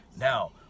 Now